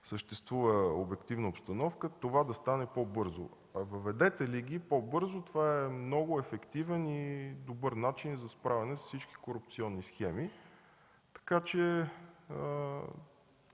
съществува обективна обстановка, това да стане по-бързо? Въведете ли ги по-бързо, това е много ефективен и добър начин за справяне с всички корупционни схеми. До